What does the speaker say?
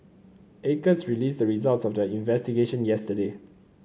acres released the results of their investigation yesterday